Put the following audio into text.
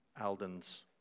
Alden's